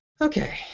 Okay